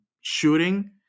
shooting